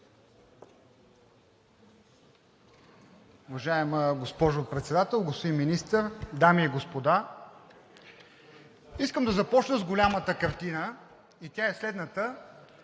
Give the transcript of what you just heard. Уважаема госпожо Председател, господин Министър, дами и господа! Искам да започна с голямата картина и тя е следната: